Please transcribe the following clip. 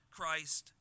Christ